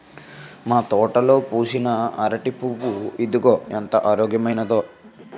మా తోటలో పూసిన అరిటి పువ్వు ఇదిగో ఎంత ఆరోగ్యమైనదో